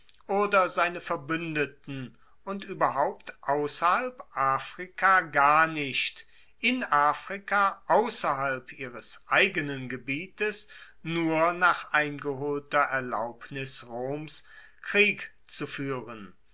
oder seine verbuendeten und ueberhaupt ausserhalb afrika gar nicht in afrika ausserhalb ihres eigenen gebietes nur nach eingeholter erlaubnis roms krieg zu fuehren